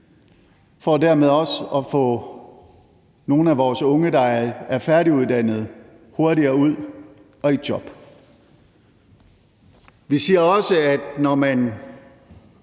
for dermed også at få nogle af vores unge, der er færdiguddannede, hurtigere ud i job. Vi siger også, at når man